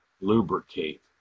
lubricate